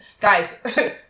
Guys